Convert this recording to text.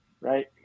right